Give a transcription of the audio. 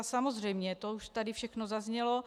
Samozřejmě, to už tady všechno zaznělo.